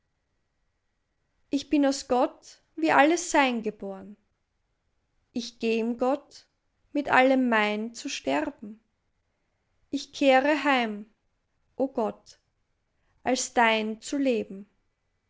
ich bin aus gott wie alles sein geboren ich geh im gott mit allem mein zu sterben ich kehre heim o gott als dein zu leben